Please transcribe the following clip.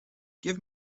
give